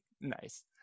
Nice